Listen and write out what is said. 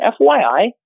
FYI